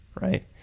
right